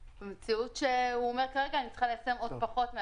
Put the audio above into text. ובמציאות שהוא אומר כרגע אני יכולה ליישם עוד פחות.